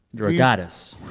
you're a goddess